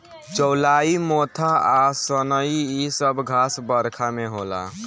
चौलाई मोथा आ सनइ इ सब घास बरखा में होला